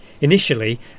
Initially